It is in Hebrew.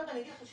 אני אגיד לך,